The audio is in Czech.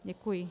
Děkuji.